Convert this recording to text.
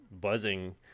buzzing